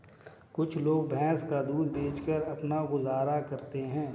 कुछ लोग भैंस का दूध बेचकर अपना गुजारा करते हैं